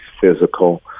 physical